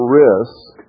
risk